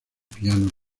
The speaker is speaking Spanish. piano